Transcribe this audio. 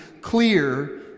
clear